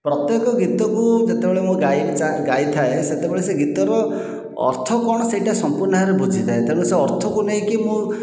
ପ୍ରତ୍ୟେକ ଗୀତକୁ ଯେତବେଳେ ମୁଁ ଗାଇ ଗାଇଥାଏ ସେତବେଳେ ସେ ଗୀତର ଅର୍ଥ କଣ ସେଇଟା ସମ୍ପୂର୍ଣ୍ଣ ଭାବେ ବୁଝିଥାଏ ତେଣୁ ସେଇ ଅର୍ଥକୁ ନେଇକି ମୁଁ